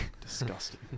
Disgusting